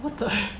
what the